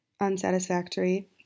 unsatisfactory